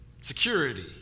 Security